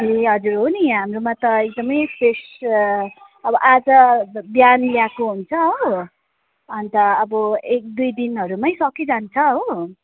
ए हजुर हो नि हाम्रोमा त एकदमै फ्रेस अब आज बिहान ल्याएको हुन्छ हो अन्त अब एक दुई दिनहरूमा सकिइजान्छ हो